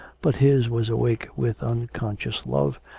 but his was awake with unconscious love,